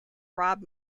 rob